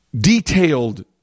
detailed